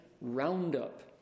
Roundup